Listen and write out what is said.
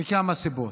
מכמה סיבות: